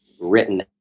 written